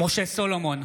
משה סולומון,